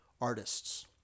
artists